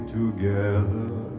together